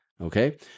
Okay